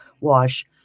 wash